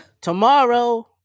Tomorrow